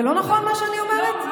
זה לא נכון מה שאני אומרת?